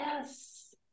Yes